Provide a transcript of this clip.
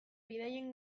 bidaien